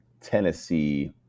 Tennessee